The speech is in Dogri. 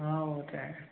हां ओह् ते ऐ